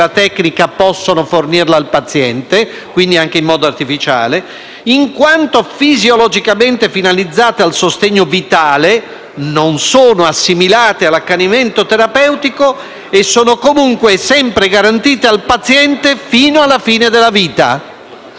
in quanto fisiologicamente finalizzate al sostegno vitale, non sono assimilate all'accanimento terapeutico e sono comunque e sempre garantite al paziente fino alla fine della vita». Rispetto a questa affermazione si ammette poi un'eccezione